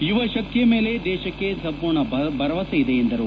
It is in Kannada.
ಯುವ ಶಕ್ತಿಯ ಮೇಲೆ ದೇಶಕ್ಕೆ ಸಂಪೂರ್ಣ ಭರವಸೆಯಿದೆ ಎಂದರು